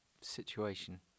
situation